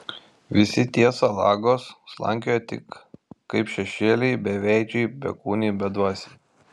visi tie salagos slankioja tik kaip šešėliai beveidžiai bekūniai bedvasiai